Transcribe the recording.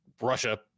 Russia